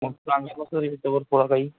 मग सांगितलं सर ह्याच्यावर थोडा काही